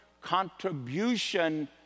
contribution